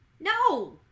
No